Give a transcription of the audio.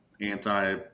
anti-